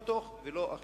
לא תוך כדי ולא אחרי.